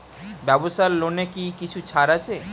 ব্যাবসার লোনে কি কিছু ছাড় আছে?